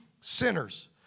sinners